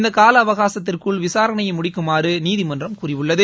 இந்த கால அவகாசத்திற்குள் விசாரணையை முடிக்குமாறு நீதிமன்றம் கூறியுள்ளது